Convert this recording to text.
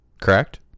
correct